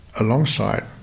alongside